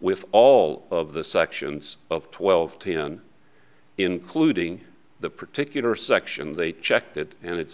with all of the sections of twelve ten including the particular section they checked it and it's